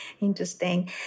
Interesting